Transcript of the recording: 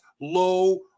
low